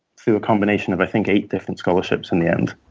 through a combination of, i think, eight different scholarships in the end.